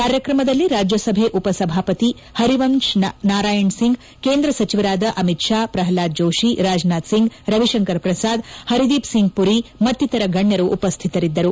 ಕಾರ್ಯಕ್ರಮದಲ್ಲಿ ರಾಜ್ಯಸಭೆ ಉಪಸಭಾಪತಿ ಪರಿವಂತ್ ನಾರಾಯಣ್ ಸಿಂಗ್ ಕೇಂದ್ರ ಸಚಿವರಾದ ಅಮಿತ್ ಶಾ ಪ್ರಲ್ವಾದ್ ಜೋಶಿ ರಾಜನಾಥ್ ಸಿಂಗ್ ರವಿಶಂಕರ್ ಪ್ರಸಾದ್ ಹರ್ದೀಪ್ ಸಿಂಗ್ ಮರಿ ಮತ್ತಿತರ ಗಣ್ಣರು ಉಪಸ್ಸಿತರಿದ್ದರು